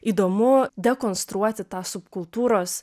įdomu dekonstruoti tą subkultūros